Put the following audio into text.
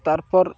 তারপর